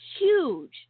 huge